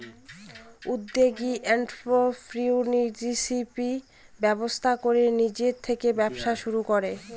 উদ্যোগী এন্ট্ররপ্রেনিউরশিপ ব্যবস্থা করে নিজে থেকে ব্যবসা শুরু করে